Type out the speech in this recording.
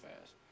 fast